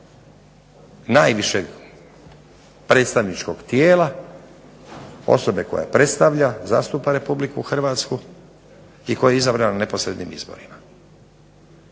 najvišeg predstavničkog tijela osobe koja predstavlja, zastupa RH i koji je izabran na neposrednim izborima.